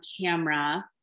camera